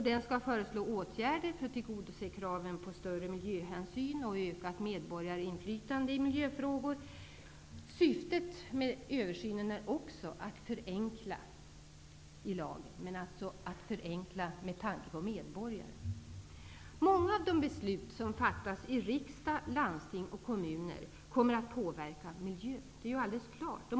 Den skall föreslå åtgärder för att tillgodose kraven på större miljöhänsyn och ökat medborgarinflytande i miljöfrågor. Syftet med översynen är också att förenkla i lagen, alltså att förenkla med tanke på medborgarna. Att många av de beslut som fattas i riksdag, landsting och kommuner kommer att påverka miljön är alldeles klart.